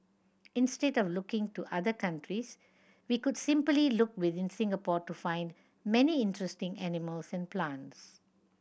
instead of looking to other countries we could simply look within Singapore to find many interesting animals and plants